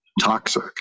toxic